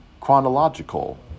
chronological